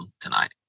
tonight